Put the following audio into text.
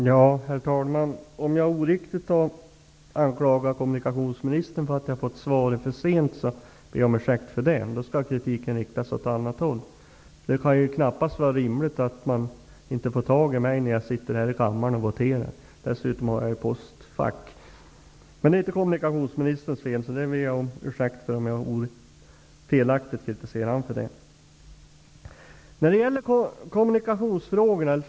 Herr talman! Om jag oriktigt har anklagat kommunikationsministern för att jag har fått svaret för sent ber jag om ursäkt för det. Då skall kritiken riktas åt annat håll. Det kan knappast vara rimligt att man inte får tag i mig när jag sitter i kammaren och voterar. Dessutom har jag postfack. Men det är inte kommunikationsministerns fel, så jag ber om ursäkt om jag felaktigt har kritiserat honom för det.